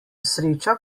sreča